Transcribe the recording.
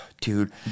dude